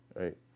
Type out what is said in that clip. right